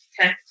Okay